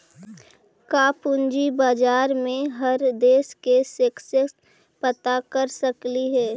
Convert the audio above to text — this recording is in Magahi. का पूंजी बाजार में हर देश के सेंसेक्स पता कर सकली हे?